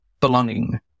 Belonging